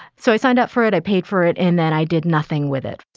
so i signed up for it. i paid for it and then i did nothing with it